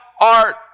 art